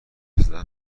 زدن